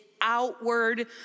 outward